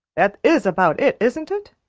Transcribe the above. that is about it, isn't it?